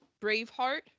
Braveheart